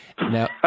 Now